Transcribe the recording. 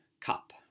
cup